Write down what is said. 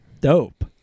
Dope